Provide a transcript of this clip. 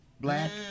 Black